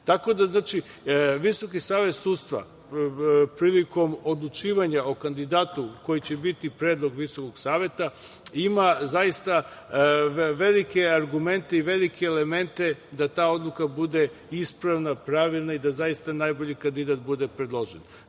tog suda. Visoki savet sudstva prilikom odlučivanja o kandidatu koji će biti predlog Visokog saveta ima velike argumente i velike elemente da ta odluka ispravna, pravilna i da zaista najbolji kandidat bude predlože.